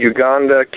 Uganda